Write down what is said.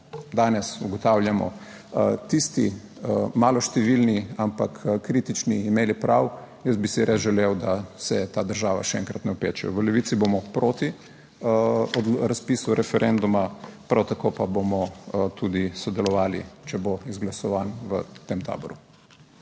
Danes ugotavljamo tisti maloštevilni, ampak kritični imeli prav. Jaz bi si res želel, da se ta država še enkrat ne opeče. V Levici bomo proti razpisu referenduma, prav tako pa bomo tudi sodelovali, če bo izglasovan, v tem taboru.